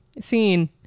Scene